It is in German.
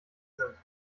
sind